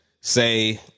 Say